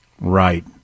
Right